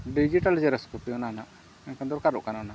digital xerox copy ᱚᱱᱟ ᱨᱮᱱᱟᱜ ᱢᱮᱱᱠᱷᱟᱱ ᱫᱚᱨᱠᱟᱨᱚᱜ ᱠᱟᱱᱟ ᱚᱱᱟ